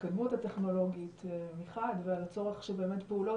ההתקדמות הטכנולוגית מחד ועל הצורך שבאמת פעולות